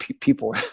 people